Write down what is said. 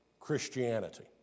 Christianity